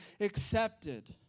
accepted